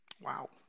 Wow